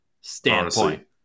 standpoint